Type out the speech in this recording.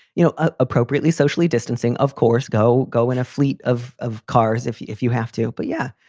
you know, ah appropriately socially distancing, of course, go go in a fleet of of cars if if you have to. but yeah.